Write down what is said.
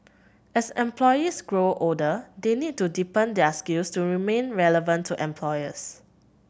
as employees grow older they need to deepen their skills to remain relevant to employers